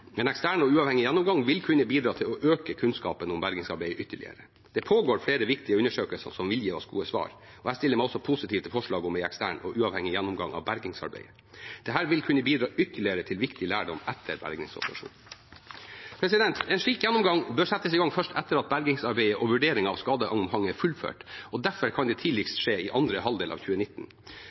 En ekstern og uavhengig gjennomgang vil kunne bidra til å øke kunnskapen om bergingsarbeidet ytterligere. Det pågår flere viktige undersøkelser som vil gi oss gode svar, og jeg stiller meg positiv til forslaget om en ekstern og uavhengig gjennomgang av bergingsarbeidet. Dette vil kunne bidra ytterligere til viktig lærdom etter bergingsoperasjonen. En slik gjennomgang bør settes i gang først etter at bergingsarbeidet og vurdering av skadeomfanget er fullført, og derfor kan det tidligst skje i andre halvdel av 2019.